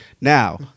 Now